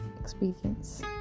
experience